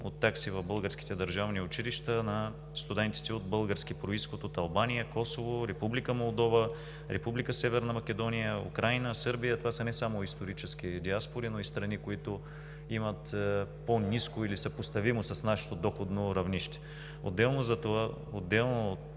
от такси в българските държавни училища на студентите с български произход от Албания, Косово, Република Молдова, Република Северна Македония, Украйна, Сърбия. Това са не само исторически диаспори, но и страни, които имат по-ниско или съпоставимо с нашето доходно равнище. Отделно от това направихме